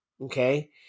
okay